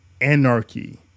anarchy